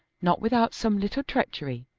not without some little treachery,